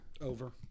Over